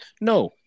no